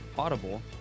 audible